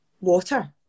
water